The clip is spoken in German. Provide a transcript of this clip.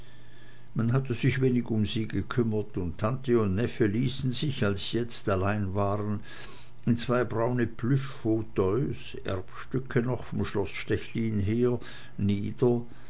man hatte sich wenig um sie gekümmert und tante und neffe ließen sich als sie jetzt allein waren in zwei braune plüschfauteuils erbstücke noch vom schloß stechlin her nieder